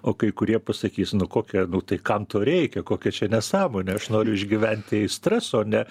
o kai kurie pasakys nu kokia nu tai kam to reikia kokia čia nesąmonė aš noriu išgyventi aistras o ne